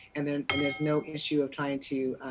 and there and there is no issue of trying to,